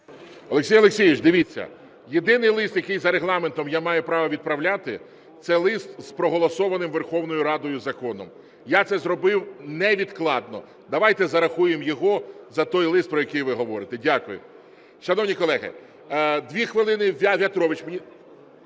Олексій Олексійович, дивіться, єдиний лист, який за Регламентом я маю право відправляти, – це лист з проголосованим Верховною Радою законом. Я це зробив невідкладно. Давайте зарахуємо його за той лист, про який ви говорите. Дякую. Шановні колеги, 2 хвилини – В'ятрович.